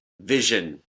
vision